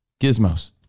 gizmos